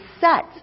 set